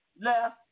left